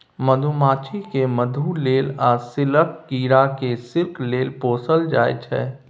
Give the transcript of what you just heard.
मधुमाछी केँ मधु लेल आ सिल्कक कीरा केँ सिल्क लेल पोसल जाइ छै